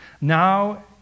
Now